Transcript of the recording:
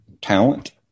talent